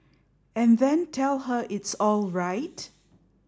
and then tell her it's alright